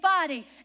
body